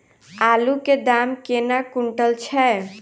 आलु केँ दाम केना कुनटल छैय?